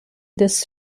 this